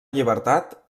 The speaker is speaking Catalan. llibertat